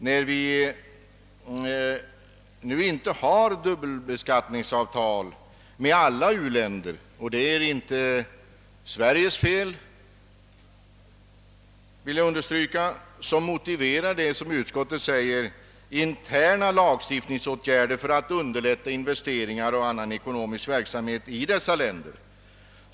När vi nu inte har dubbelbeskattningsavtal med alla u-länder — och det är inte Sveriges fel, det vill jag understryka — motiverar det, som utskottet säger, interna lagstiftningsåtgärder för att underlätta investeringar och annan ekonomisk verksamhet i dessa länder.